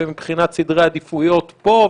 ומבחינת סדרי עדיפויות פה,